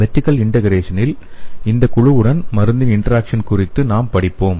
vertical இன்டெக்ரேசனில் இந்த குழுவுடன் மருந்தின் இன்டராக்சன் குறித்து நாம் படிப்போம்